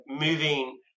moving